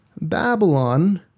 Babylon